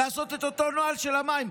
לעשות את אותו נוהל של המים?